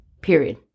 Period